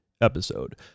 episode